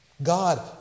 God